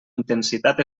intensitat